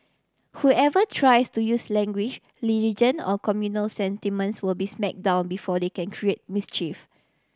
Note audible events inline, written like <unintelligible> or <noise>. whoever tries to use language <unintelligible> or communal sentiments will be smack down before they can create mischief